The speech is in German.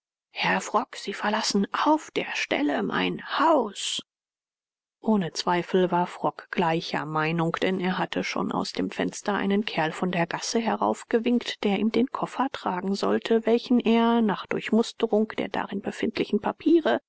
herr frock sie verlassen auf der stelle mein haus ohne zweifel war frock gleicher meinung denn er hatte schon aus dem fenster einen kerl von der gasse heraufgewinkt der ihm den koffer tragen sollte welchen er nach durchmusterung der darin befindlichen papiere